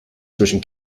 zwischen